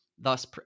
thus